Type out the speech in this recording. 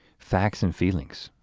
facts and feelings.